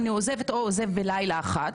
אני עוזבת או עוזב בלילה אחד,